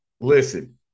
Listen